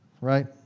right